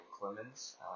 Clemens